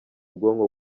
ubwonko